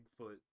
Bigfoot